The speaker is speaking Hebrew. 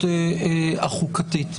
החוקתית.